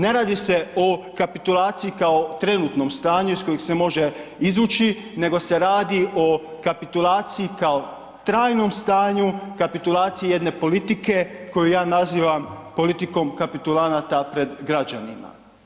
Ne radi se o kapitulaciji kao trenutnom stanju iz kojeg se može izvući nego se radi o kapitulaciji kao trajnom stanju, kapitulaciji jedne politike koju ja nazivam politikom kapitulanata pred građanima.